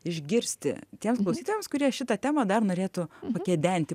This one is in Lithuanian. išgirsti tiems klausytojams kurie šitą temą dar norėtų pakedenti